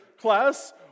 class